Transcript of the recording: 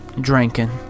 drinking